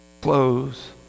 clothes